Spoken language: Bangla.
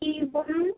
কী বলুন